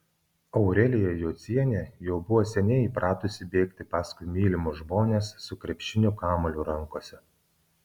aurelija jocienė jau buvo seniai įpratusi bėgti paskui mylimus žmones su krepšinio kamuoliu rankose